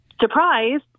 surprise